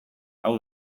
hau